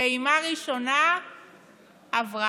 פעימה ראשונה עברה,